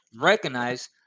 Recognize